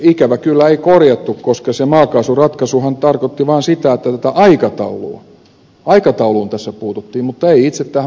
ikävä kyllä ei korjattu koska se maakaasuratkaisuhan tarkoitti vain sitä että tähän aikatauluun tässä puututtiin mutta ei itse tähän maakaasun kohteluun